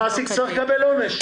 המעסיק צריך לקבל עונש.